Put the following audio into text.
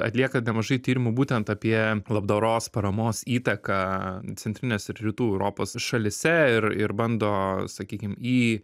atlieka nemažai tyrimų būtent apie labdaros paramos įtaką centrinės ir rytų europos šalyse ir ir bando sakykim į